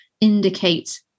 indicate